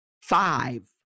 five